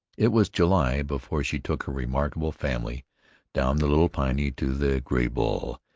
it was july before she took her remarkable family down the little piney to the graybull,